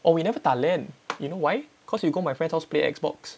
oh we never 打 LAN you know why cause we'll go my friends house play X_box